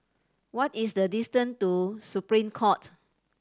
what is the distance to Supreme Court